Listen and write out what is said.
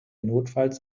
notfalls